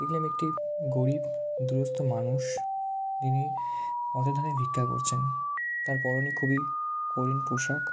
দেখলাম একটি গরীব দুরস্ত মানুষ তিনি পথের ধারে ভিক্ষা করছেন তার পরনে খুবই করুণ পোশাক